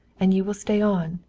and you will stay on.